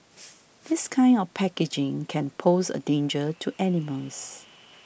this kind of packaging can pose a danger to animals